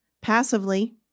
passively